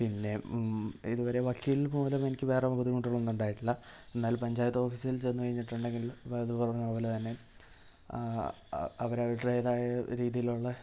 പിന്നെ ഇതുവരെ വക്കീൽ മൂലമെനിക്ക് വേറെ ബുദ്ധിമുട്ടുകളൊന്നും ഉണ്ടായിട്ടില്ല എന്നാൽ പഞ്ചായത്ത് ഓഫീസിൽ ചെന്ന് കഴിഞ്ഞിട്ടുണ്ടെങ്കിൽ നേരത്തെ പറഞ്ഞത് പോലെ തന്നെ അവര് അവരുടേതായ രീതിയിലുള്ള